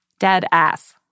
Deadass